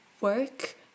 work